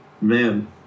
man